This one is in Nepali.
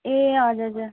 ए हजुर हजुर